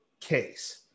case